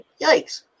Yikes